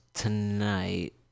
tonight